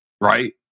right